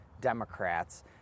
Democrats